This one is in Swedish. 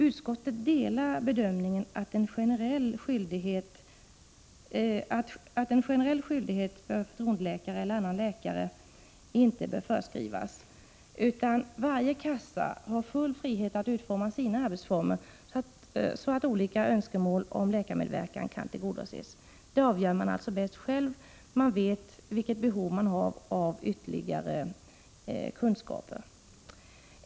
Utskottet delar bedömningen att en generell skyldighet när det gäller förtroendeläkare eller annan läkare inte bör föreskrivas, utan varje kassa har full frihet att utforma sina arbetsformer, så att olika önskemål om läkarmedverkan kan tillgodoses. Det avgör man alltså bäst själv— man vet vilket behov man har av ytterligare kunskaper.